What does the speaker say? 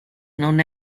non